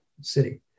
city